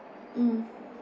mm